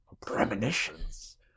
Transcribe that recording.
Premonitions